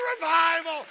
revival